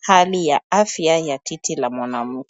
hali ya afya ya titi la mwanamke.